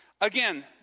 Again